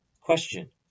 Question